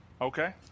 Okay